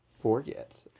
forget